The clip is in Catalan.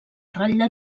ratlla